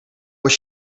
what